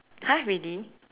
!huh! really